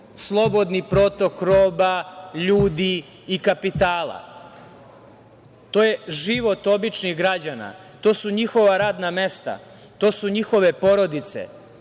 slobodni protok roba, ljudi i kapitala. To je život običnih građana, to su njihova radna mesta, to su njihove porodice,